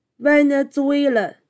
Venezuela